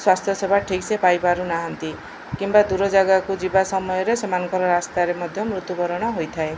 ସ୍ୱାସ୍ଥ୍ୟ ସେବା ଠିକ ସେ ପାଇପାରୁନାହାନ୍ତି କିମ୍ବା ଦୂର ଜାଗାକୁ ଯିବା ସମୟରେ ସେମାନଙ୍କର ରାସ୍ତାରେ ମଧ୍ୟ ମୃତ୍ୟୁବରଣ ହୋଇଥାଏ